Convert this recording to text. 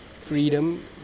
freedom